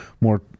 more